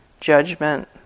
Judgment